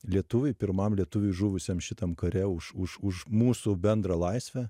lietuviui pirmam lietuviui žuvusiam šitam kare už už už mūsų bendrą laisvę